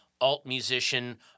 alt-musician